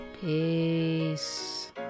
Peace